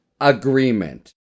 agreement